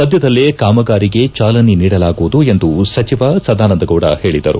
ಸದ್ಯದಲ್ಲೇ ಕಾಮಗಾರಿಗೆ ಚಾಲನೆ ನೀಡಲಾಗುವುದು ಎಂದು ಸಚಿವ ಸದಾನಂದಗೌಡ ಹೇಳಿದರು